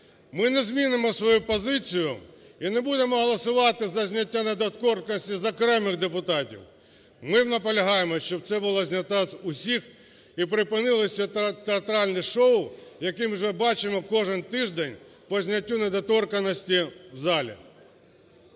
Ми не змінимо свою позицію і не будемо голосувати за зняття недоторканності з окремих депутатів. Ми наполягаємо, щоб це була знята з усіх і припинили це театральне шоу, яке ми уже бачимо кожен тиждень по зняттю недоторканності в залі.